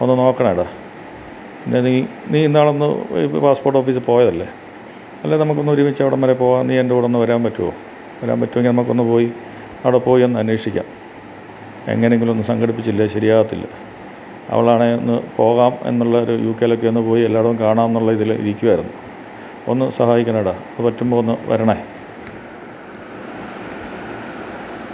ഒന്ന് നോക്കണേട അല്ലെ നീ നീ ഇന്നാളൊന്ന് പാസ്പ്പോട്ടോഫീസിൽ പോയതല്ലെ അല്ലെ നമുക്കൊന്നൊരുമിച്ചവിടം വരെപ്പോകാം നീ എൻ്റെ കൂടൊന്നു വരാൻ പറ്റുമോ വരാൻ പറ്റുമെങ്കിൽ നമുക്കൊന്നു പോയി അവിടെപ്പോയൊന്നന്വേഷിക്കാം എങ്ങിനെങ്കിലുമൊന്ന് സംഘടിപ്പിച്ചില്ലേ ശരിയാകത്തില്ല അവളാണെ ഒന്നു പോകാം എന്നുള്ളൊരു യൂ ക്കേലൊക്കെ ഒന്നുപോയി എല്ലായിടവും കാണാം എന്നുള്ളതിൽ ഇരിക്കുമായിരുന്നു ഒന്നു സഹായിക്കണേട നിനക്ക് പറ്റുമ്പോളൊന്നു വരണെ